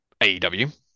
AEW